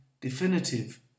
definitive